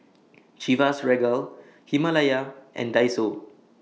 Chivas Regal Himalaya and Daiso